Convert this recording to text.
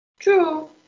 True